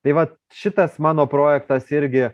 tai va šitas mano projektas irgi